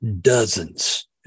dozens